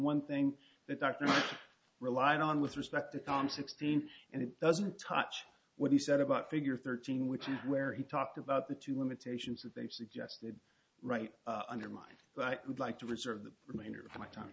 one thing that dr relied on with respect to com sixteen and it doesn't touch wood he said about figure thirteen which is where he talked about the two limitations that they suggested right under mine but i would like to reserve the remainder of my time